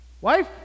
Wife